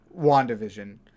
WandaVision